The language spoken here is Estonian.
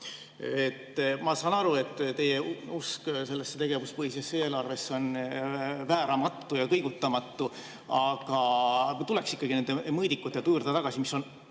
saan aru, et teie usk sellesse tegevuspõhisesse eelarvesse on vääramatu ja kõigutamatu, aga ma tuleksin nende mõõdikute juurde tagasi, mis on